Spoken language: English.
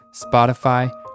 Spotify